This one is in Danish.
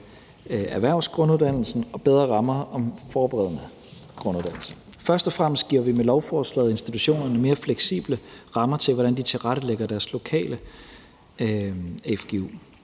erhvervsgrunduddannelsen og bedre rammer om forberedende grunduddannelse. Først og fremmest giver vi med lovforslaget institutionerne mere fleksible rammer til, hvordan de tilrettelægger deres lokale fgu.